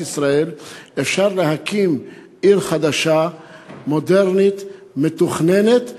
ישראל אפשר להקים עיר חדשה מודרנית ומתוכננת,